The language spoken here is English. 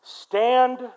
stand